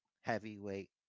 heavyweight